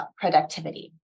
productivity